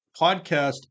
podcast